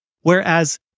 whereas